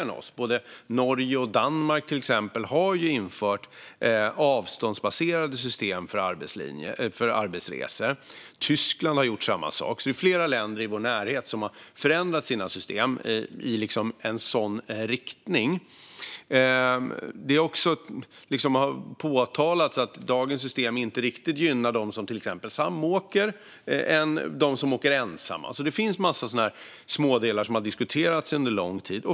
Exempelvis har både Norge och Danmark infört avståndsbaserade system för arbetsresor. Tyskland har gjort samma sak. Det är alltså flera länder i vår närhet som har förändrat sina system i en sådan riktning. Som har påpekats gynnar heller inte dagens system riktigt dem som samåker gentemot dem som åker ensamma. Det finns en massa smådelar som har diskuterats under lång tid.